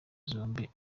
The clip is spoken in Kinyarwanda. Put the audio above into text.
zombi